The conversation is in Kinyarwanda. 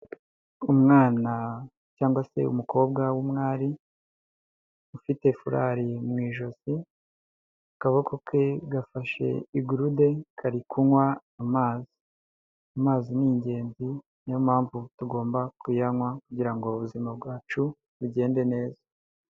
Umwana cyangwa se umukobwa w'umwari, ufite furari mu ijosi, akaboko ke gafashe igurude kari kunywa amazi. Amazi ni ingenzi, niyo mpamvu tugomba kuyanywa kugira ngo ubuzima bwacu bugende neza.